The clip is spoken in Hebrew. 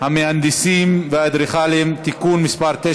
המהנדסים והאדריכלים (תיקון מס' 9),